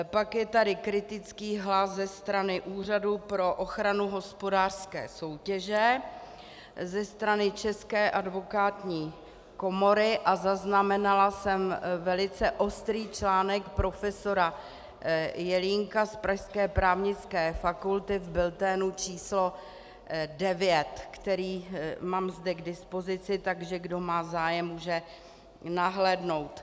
Pak je tady kritický hlas ze strany Úřadu pro ochranu hospodářské soutěže, ze strany České advokátní komory a zaznamenala jsem velice ostrý článek profesora Jelínka z pražské právnické fakulty v bulletinu číslo 9, který mám zde k dispozici, takže kdo má zájem, může nahlédnout.